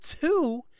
two